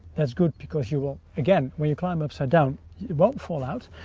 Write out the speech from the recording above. that's good because you will, again, when you climb upside down, it won't fall out.